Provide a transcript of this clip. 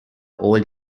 old